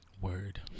Word